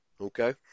okay